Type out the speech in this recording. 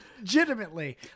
Legitimately